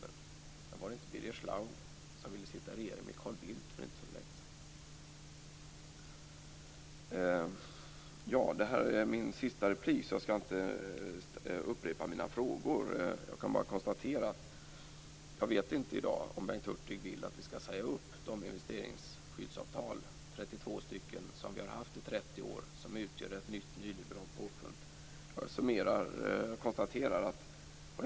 Men var det inte Birger Schlaug som för inte så länge sedan ville sitta i regering med Carl Bildt? Detta är mitt sista inlägg, så jag skall inte upprepa mina frågor. Jag kan konstatera att jag i dag inte vet om Bengt Hurtig vill att vi skall säga upp de 32 investeringsskyddsavtal som har funnits i 30 år och som utgör ett nyliberalt påfund.